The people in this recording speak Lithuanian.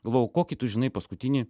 galvojau kokį tu žinai paskutinį